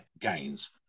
gains